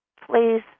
Please